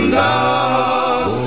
love